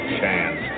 chance